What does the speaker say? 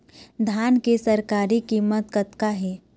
धान के सरकारी कीमत कतका हे?